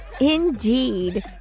Indeed